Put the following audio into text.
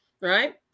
right